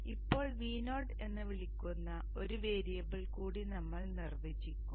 ഇപ്പോൾ Vo എന്ന് വിളിക്കുന്ന ഒരു വേരിയബിൾ കൂടി നമ്മൾ നിർവ്വചിക്കും